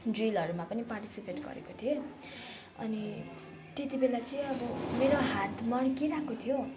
ड्रिलहरूमा पनि पार्टिसिपेट गरेको थिएँ अनि त्यति बेला चाहिँ अब मेरो हात मर्किरहेको थियो